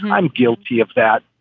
i'm guilty of that.